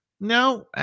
No